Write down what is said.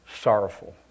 sorrowful